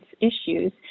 issues